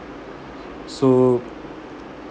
so